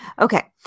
okay